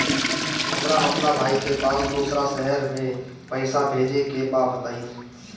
हमरा अपना भाई के पास दोसरा शहर में पइसा भेजे के बा बताई?